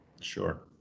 Sure